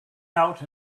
out